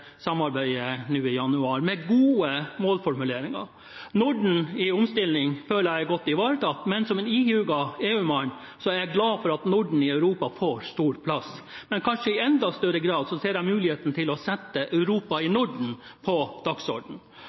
samarbeidet nå i januar, med gode målformuleringer. Norden i omstilling føler jeg er godt ivaretatt, og som ihuga EU-mann er jeg glad for at Norden i Europa får stor plass, men kanskje i enda større grad ser jeg muligheten til å sette Europa i Norden på